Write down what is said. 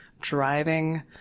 driving